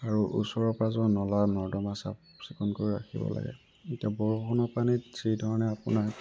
আৰু ওচৰ পাঁজৰৰ নল নৰ্দমা চাফ চিকুণকৈ ৰাখিব লাগে এতিয়া বৰষুণৰ পানীত যি ধৰণে আপোনাৰ